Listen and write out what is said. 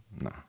No